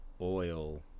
oil